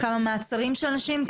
כמה מעצרים של אנשים,